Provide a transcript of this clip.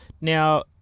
Now